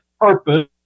purpose